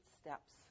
steps